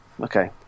okay